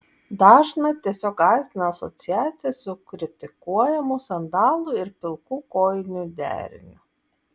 dažną tiesiog gąsdina asociacija su kritikuojamu sandalų ir pilkų kojinių deriniu